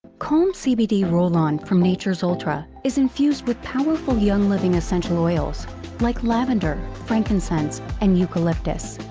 can um see vd roll on from nature's ultra is infused with powerful young living essential oils like lavender, frankincense and eucalyptus.